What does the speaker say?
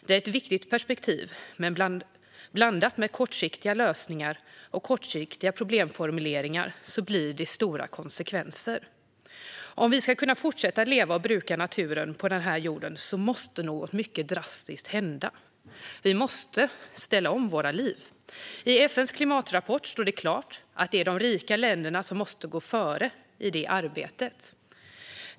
Det är ett viktigt perspektiv, men blandat med kortsiktiga lösningar och kortsiktiga problemformuleringar blir det stora konsekvenser. Om vi ska kunna fortsätta leva och bruka naturen på den här jorden måste något mycket drastiskt hända. Vi måste ställa om våra liv. I FN:s klimatrapport står det klart att det är de rika länderna som måste gå före i det arbetet.